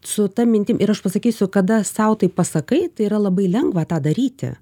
su ta mintim ir aš pasakysiu kada sau tai pasakai tai yra labai lengva tą daryti